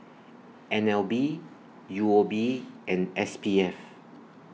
N L B U O B and S P F